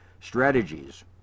strategies